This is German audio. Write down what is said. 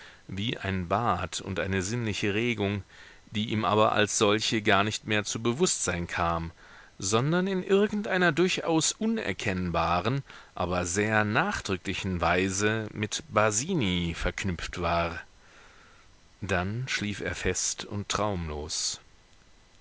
wie ein bad und eine sinnliche regung die ihm aber als solche gar nicht mehr zu bewußtsein kam sondern in irgendeiner durchaus unerkennbaren aber sehr nachdrücklichen weise mit basini verknüpft war dann schlief er fest und traumlos